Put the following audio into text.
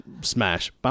smash